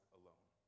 alone